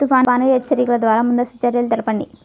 తుఫాను హెచ్చరికల ద్వార ముందస్తు చర్యలు తెలపండి?